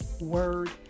word